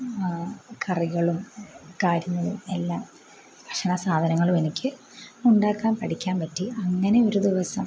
കറികളും കാര്യങ്ങളും എല്ലാ ഭക്ഷണ സാധനങ്ങളും എനിക്ക് ഉണ്ടാക്കാൻ പഠിക്കാൻ പറ്റി അങ്ങനെ ഒരു ദിവസം